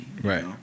Right